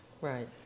Right